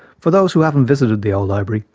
for those who haven't visited the old library,